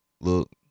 look